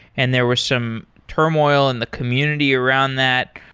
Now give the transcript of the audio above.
and there were some turmoil in the community around that.